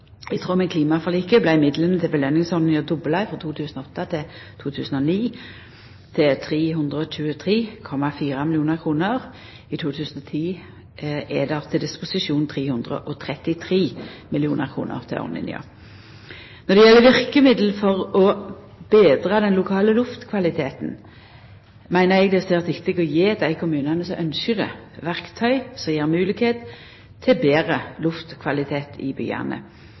I tråd med klimaforliket vart midlane til påskjønningsordninga dobla frå 2008 til 2009 til 323,4 mill. kr. I 2010 er det til disposisjon ca. 333 mill. kr til ordninga. Når det gjeld verkemiddel for å betra den lokale luftkvaliteten, meiner eg det er svært viktig å gje dei kommunane som ynskjer det, verkty som gjev moglegheit til betre luftkvalitet i byane.